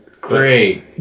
Great